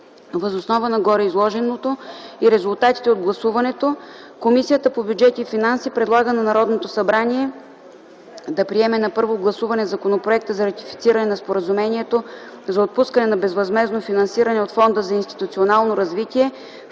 Въз основа на гореизложеното и резултатите от гласуването, Комисията по бюджет и финанси предлага на Народното събрание да приеме на първо гласуване Законопроекта за ратифициране на Споразумението за отпускане на безвъзмездно финансиране от Фонда за институционално развитие